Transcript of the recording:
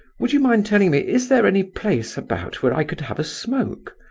would you mind telling me, is there any place about where i could have a smoke?